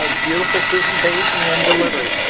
ah beautiful presentation and delivery.